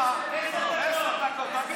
כמה אישרת לו?